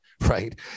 right